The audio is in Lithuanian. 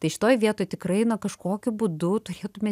tai šitoj vietoj tikrai na kažkokiu būdu turėtume